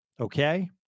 okay